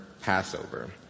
Passover